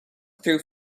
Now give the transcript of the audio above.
through